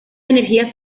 energías